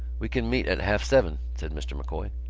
we can meet at half-seven, said mr. m'coy.